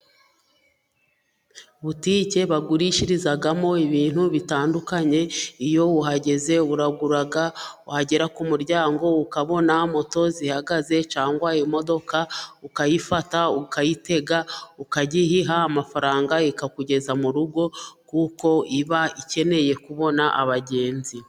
Butike bagurishirizamo ibintu bitandukanye. Iyo uhageze uragura, wagera ku muryango ukabona moto zihagaze, cyangwa imodoka. Ukayifata ukayitega ukayiha amafaranga, ikakugeza mu rugo kuko iba ikeneye kubona abagenzi.